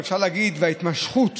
או אפשר להגיד ההתמשכות,